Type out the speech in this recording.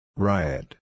Riot